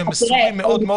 שהם מסורים מאוד מאוד,